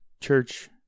Church